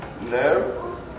No